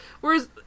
Whereas